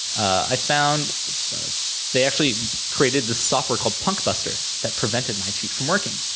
i found they actually created this software called punk buster that prevented my cheat from working,